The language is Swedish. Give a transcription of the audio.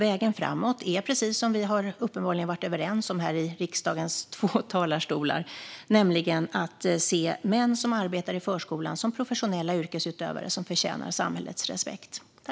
Vägen framåt är, precis som vi uppenbarligen har varit överens om här i riksdagens två talarstolar, att se män som arbetar i förskolan som professionella yrkesutövare som förtjänar samhällets respekt.